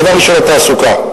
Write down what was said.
דבר ראשון, התעסוקה.